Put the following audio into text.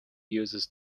uses